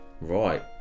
right